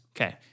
Okay